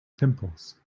pimples